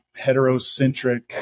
heterocentric